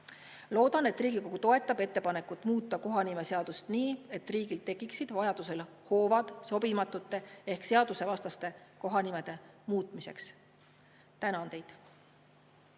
Loodan, et Riigikogu toetab ettepanekut muuta kohanimeseadust nii, et riigil tekiksid vajaduse korral hoovad sobimatute ehk seadusevastaste kohanimede muutmiseks. Tänan teid!